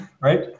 right